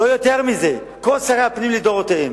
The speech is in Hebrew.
לא יותר מזה, כל שרי הפנים לדורותיהם,